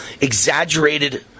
exaggerated